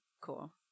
Cool